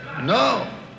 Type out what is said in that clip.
No